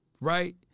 Right